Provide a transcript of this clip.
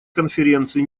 конференции